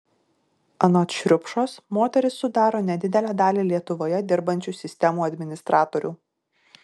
anot šriupšos moterys sudaro nedidelę dalį lietuvoje dirbančių sistemų administratorių